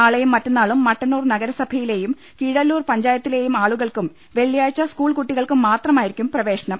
നാളെയും മറ്റെ ന്നാളും മട്ടന്നൂർ നഗരസഭയിലെയും കീഴല്ലൂർ പഞ്ചായത്തിലെയും ആളുകൾക്കും വെള്ളിയാഴ്ച സ്കൂൾ കുട്ടികൾക്കും മാത്രമായി രുക്കും പ്രവേശനം